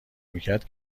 میکرد